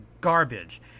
garbage